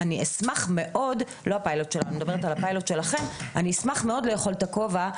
אשמח מאוד לאכול את הכובע,